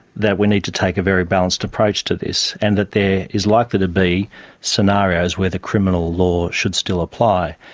that we need to take a very balanced approach to this and that there is likely to be scenarios where the criminal law should still apply,